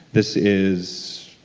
this is.